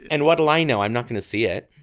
and what i know i'm not going to see it.